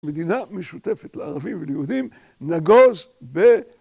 מדינה משותפת לערבים וליהודים, נגוז ב...